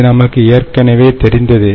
இது நமக்கு ஏற்கனவே தெரிந்ததே